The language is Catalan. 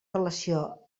relació